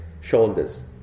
shoulders